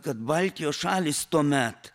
kad baltijos šalys tuomet